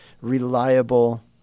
reliable